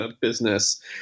business